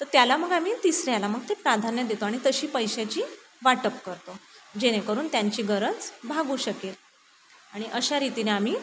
तर त्याला मग आम्ही तिसऱ्या ह्याला मग ते प्राधान्य देतो आणि तशी पैशाची वाटप करतो जेणेकरून त्यांची गरज भागू शकेल आणि अशा रीतीने आम्ही